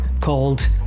called